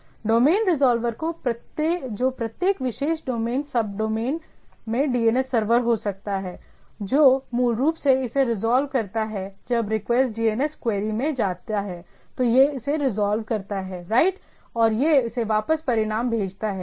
तो domain resolver जो प्रत्येक विशेष डोमेन सबडोमेन में DNS सर्वर हो सकता है जो मूल रूप से इसे रिजॉल्व करता है जब रिक्वेस्ट DNS क्वेरी में जाता है तो यह इसे रिजॉल्व करता है राइट और यह इसे वापस परिणाम भेजता है